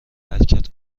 حرکت